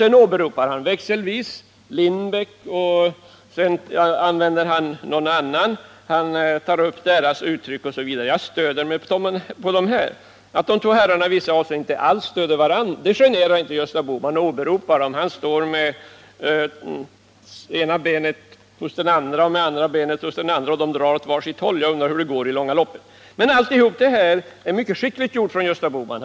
Sedan åberopar han växelvis Lindbeck och någon annan. Han tar upp deras uttryck och säger att han stöder sig på dem. Att de två herrarna i vissa avseenden inte alls stöder varandra generar inte Gösta Bohman när han åberopar dem. Han står med ena benet hos den ene och med andra benet hos den andre, och de drar åt var sitt håll. Jag undrar hur det går i det långa loppet. Men allt detta är mycket skickligt gjort av Gösta Bohman.